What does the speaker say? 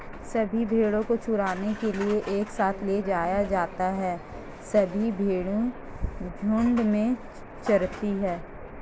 सभी भेड़ों को चराने के लिए एक साथ ले जाया जाता है सभी भेड़ें झुंड में चरती है